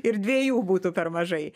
ir dviejų būtų per mažai